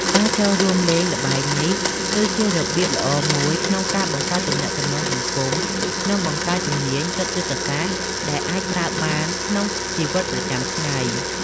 ការចូលរួមលេងល្បែងនេះគឺជារបៀបល្អមួយក្នុងការបង្កើតទំនាក់ទំនងសង្គម និងបង្កើតជំនាញគិតយុទ្ធសាស្ត្រដែលអាចប្រើបានក្នុងជីវិតប្រចាំថ្ងៃ។